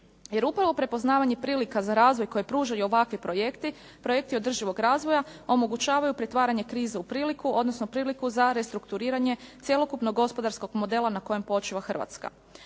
Jer upravo prepoznavanje prilika za razvoj koje pružaju ovakvi projekti, projekti održivog razvoja omogućavaju pretvaranje krize u priliku odnosno priliku za restrukturiranje cjelokupnog gospodarskog modela na kojem počiva Hrvatska.